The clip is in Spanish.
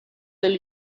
del